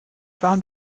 waren